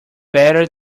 better